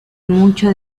mucho